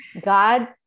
God